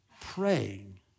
praying